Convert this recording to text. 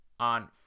On